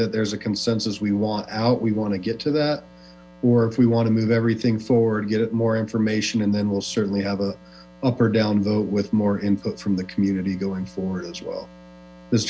that there's a consensus we want out we want to get to that or if we want to move everything forward get it more information and then we'll certainly have a up or down vote with more input from the community going forward as well